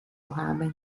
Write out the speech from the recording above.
haben